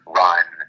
run